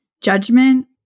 judgment